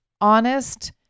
honest